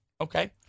Okay